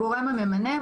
הגורם הממנה,